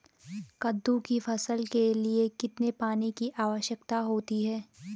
कद्दू की फसल के लिए कितने पानी की आवश्यकता होती है?